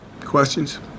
questions